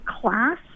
class